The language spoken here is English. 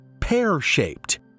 pear-shaped